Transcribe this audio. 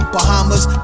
Bahamas